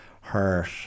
hurt